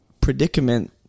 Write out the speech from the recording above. predicament